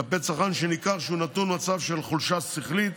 כלפי צרכן שניכר שהוא ניתן במצב של חולשה שכלית,